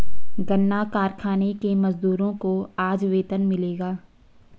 गन्ना कारखाने के मजदूरों को आज वेतन मिलेगा